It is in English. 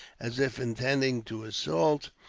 as if intending to assault,